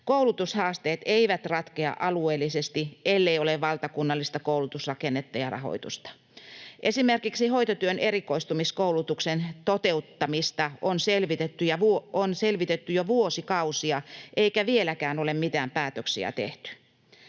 Koulutushaasteet eivät ratkea alueellisesti, ellei ole valtakunnallista koulutusrakennetta ja rahoitusta. Esimerkiksi hoitotyön erikoistumiskoulutuksen toteuttamista on selvitetty jo vuosikausia eikä vieläkään ole mitään päätöksiä tehty.